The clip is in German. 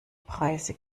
preise